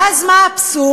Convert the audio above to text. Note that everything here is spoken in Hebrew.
ואז מה האבסורד?